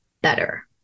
better